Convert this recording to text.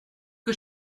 que